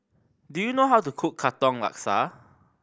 do you know how to cook Katong Laksa